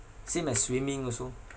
same as swimming also